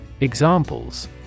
Examples